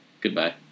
Goodbye